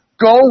Go